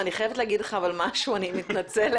בוקר טוב, יוסי